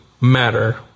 matter